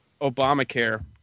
Obamacare